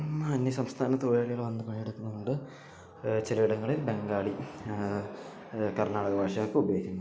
നമ്മൾ ഇംഗ്ലീഷാണ് വായിൽ വച്ചുകൊടുത്തു വളർത്തുന്നത് ഇംഗ്ലീഷാണ് ഇന്നത്തെ തലമുറയെ